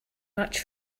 much